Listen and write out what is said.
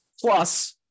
Plus